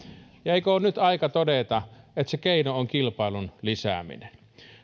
ja eikö ole nyt aika todeta että se keino on kilpailun lisääminen